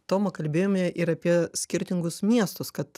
toma kalbėjome ir apie skirtingus miestus kad